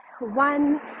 one